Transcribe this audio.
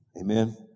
Amen